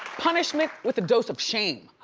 punishment with a dose of shame.